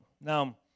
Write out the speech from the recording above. Now